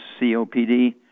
COPD